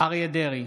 אריה מכלוף דרעי.